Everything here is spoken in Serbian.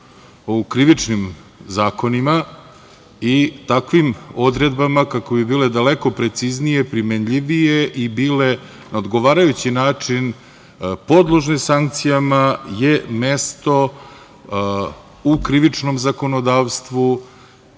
u krivičnim zakonima i takvim odredbama kako bi bile daleko preciznije, primenljivije i bile na odgovarajući način podložne sankcijama, je mesto u Krivičnom zakonodavstvu,